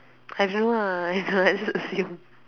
I don't know ah I don't know I just assume